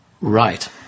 Right